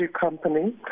company